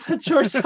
George